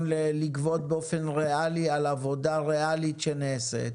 לגבות באופן ריאלי על עבודה ריאלית שנעשית.